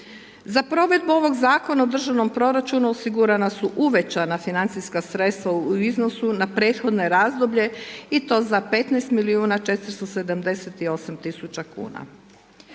Za provedbu ovog zakona u državnom proračunu osigurana su uvećana financijska sredstva u iznosu na prethodno razdoblje i to za 15 milijuna 478 tisuća kuna.